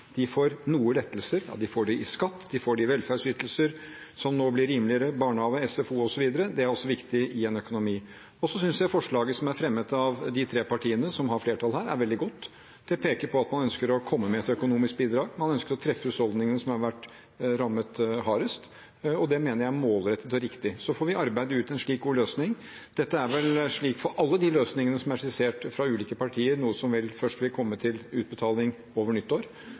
De får noe lettelser – de får det i skatt, de får det i velferdsytelser, med rimeligere barnehage og SFO osv. Det er også viktig for økonomien. Jeg synes forslaget som er fremmet av de tre partiene som har flertall her, er veldig godt. Det peker på at man ønsker å komme med et økonomisk bidrag, at man ønsker å treffe de husholdningene som har blitt hardest rammet, og det mener jeg er målrettet og riktig. Så får vi arbeide ut en slik god løsning. Dette er vel, som for alle de løsningene som er skissert fra ulike partier, noe som først vil komme til utbetaling over nyttår.